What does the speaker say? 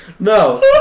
No